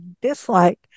dislike